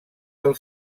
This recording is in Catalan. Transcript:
del